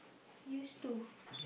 used to